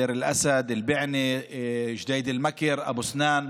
דיר אל-אסד, בענה, ג'דיידה-מכר, אבו סנאן,